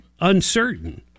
uncertain